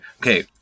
okay